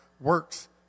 works